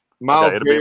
miles